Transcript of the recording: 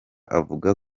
avuga